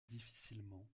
difficilement